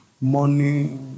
Money